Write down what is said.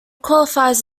qualifies